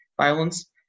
violence